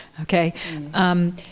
okay